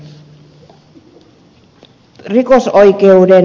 justiin kiitoksia